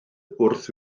wrth